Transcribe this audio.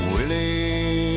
Willie